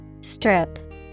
Strip